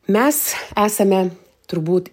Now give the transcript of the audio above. mes esame turbūt